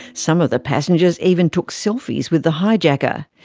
some of the passengers even took selfies with the hijacker.